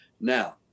now